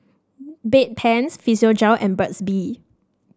Bedpans Physiogel and Burt's Bee